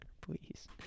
Please